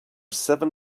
seven